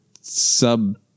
sub